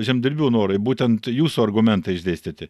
žemdirbių norai būtent jūsų argumentai išdėstyti